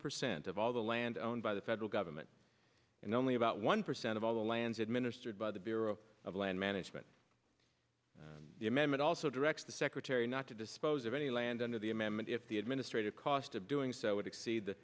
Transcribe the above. percent of all the land owned by the federal government and only about one percent of all the lands administered by the bureau of land management the amendment also directs the secretary not to dispose of any land under the amendment if the administrative cost of doing so